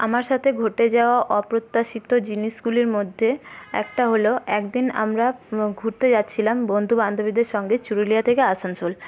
আমার সাথে ঘটে যাওয়া অপ্রত্যাশিত জিনিসগুলির মধ্যে একটা হলো একদিন আমরা ঘুরতে যাচ্ছিলাম বন্ধুবান্ধবীদের সাথে চুরুলিয়া থেকে আসানসোল